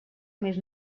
més